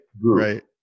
right